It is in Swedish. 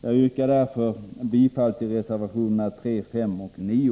Jag yrkar därför bifall till reservationerna 3, 5 och 9.